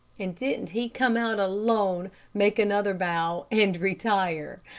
and didn't he come out alone, make another bow, and retire.